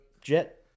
jet